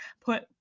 put